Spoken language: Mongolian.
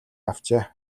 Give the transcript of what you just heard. авчээ